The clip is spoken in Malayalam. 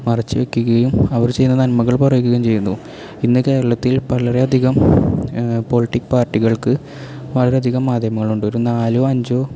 മറച്ചു വെക്കുകയും അവർ ചെയ്യുന്ന നന്മകൾ പറയുകയും ചെയ്യുന്നു ഇന്ന് കേരളത്തിൽ വളരെയധികം പൊളിറ്റിക്ക് പാർട്ടികൾക്ക് വളരെയധികം മാധ്യമങ്ങളുണ്ട് ഒരു നാലോ അഞ്ചോ